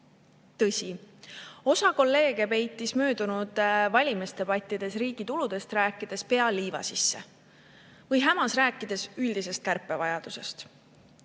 Tõsi, osa kolleege peitis möödunud valimisdebattides riigi tuludest rääkides pea liiva sisse või hämas, rääkides üldisest kärpevajadusest.